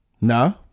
No